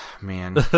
man